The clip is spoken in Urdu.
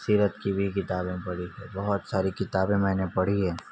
سیرت کی بھی کتابیں پڑھی ہے بہت ساری کتابیں میں نے پڑھی ہے